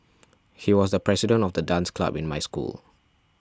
he was the president of the dance club in my school